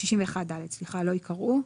לא ייקראו.